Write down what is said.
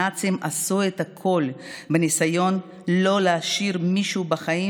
הנאצים עשו את הכול בניסיון שלא להשאיר מישהו בחיים